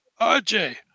RJ